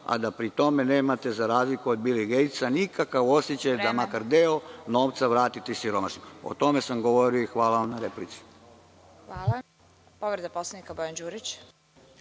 a da pri tome nemate, za razliku od Bila Gejtsa, nikakav osećaj da makar deo novca vratite siromašnima. O tome sam govorio i hvala na replici. **Vesna Kovač** Povreda Poslovnika, Bojan Đurić.